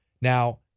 Now